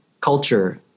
culture